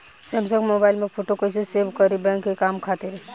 Samsung mobile में photo कैसे save करीं बैंक के काम खातिर?